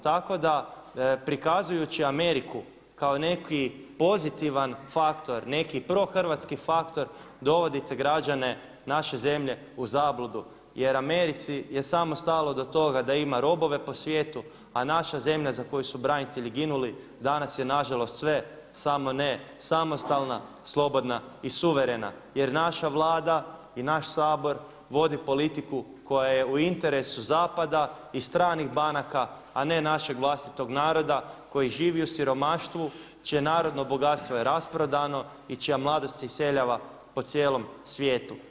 Tako da prikazujući Ameriku kao neki pozitivan faktor, neki prohrvatski faktor dovodite građane naše zemlje u zabludu jer Americi je samo stalo do toga da ima robove po svijetu a naša zemlja za koju su branitelji ginuli danas je nažalost sve samo ne samostalna, slobodna i suverena jer naša Vlada i naš Sabor vodi politiku koja je u interesu zapada i stranih banaka a ne našeg vlastitog naroda koji živi u siromaštvu čije narodno bogatstvo je rasprodano i čija mladost se iseljava po cijelom svijetu.